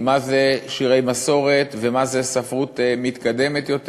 מה זה שירי מסורת ומה זה ספרות מתקדמת יותר